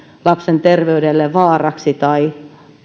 lapsen terveydelle tai